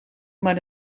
maar